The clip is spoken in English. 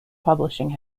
publishing